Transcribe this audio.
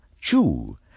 chew